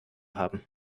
haben